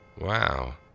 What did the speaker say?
Wow